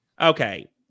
okay